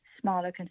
smaller